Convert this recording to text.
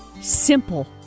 simple